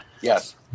yes